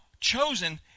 chosen